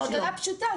זו שאלה פשוטה.